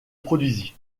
produisit